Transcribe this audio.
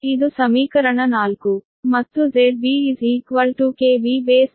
ಇದು ಸಮೀಕರಣ 4